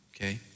okay